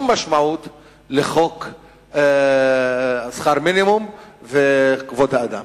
אין שום משמעות לחוק שכר מינימום וכבוד האדם.